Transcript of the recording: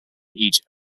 egypt